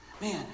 Man